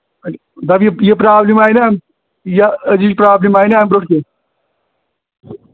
دَپ یہِ یہِ پرٛابلِم آے نہٕ یہِ أزِچ پرٛابلِم آے نہٕ اَمہِ برونٛٹھ کیٚنٛہہ